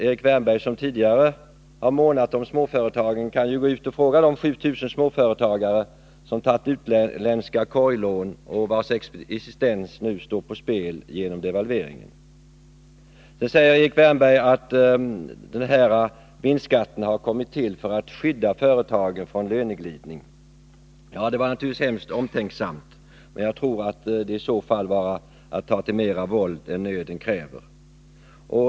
Erik Wärnberg, som tidigare har månat om småföretagen, kan gå och fråga vad de 7 000 småföretagare tycker som har tagit utländska korglån och vars existens nu står på spel genom devalveringen. Sedan säger Erik Wärnberg att vinstskatten har kommit till för att skydda företagen från löneglidning. Det var naturligtvis mycket omtänksamt, men jag tror att det i så fall var att ta till mera våld än nöden kräver.